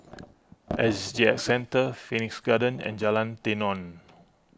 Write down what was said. S G X Centre Phoenix Garden and Jalan Tenon